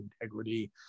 integrity